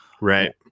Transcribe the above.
Right